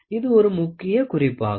இது ஒரு முக்கிய குறிப்பாகும்